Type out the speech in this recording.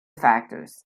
factors